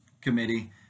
committee